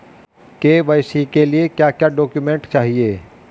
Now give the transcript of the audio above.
KYC के लिए क्या क्या डॉक्यूमेंट चाहिए?